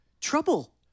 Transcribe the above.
trouble